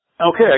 Okay